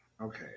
Okay